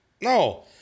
no